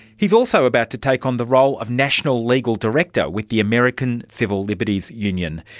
he is also about to take on the role of national legal director with the american civil liberties union.